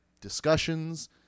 discussions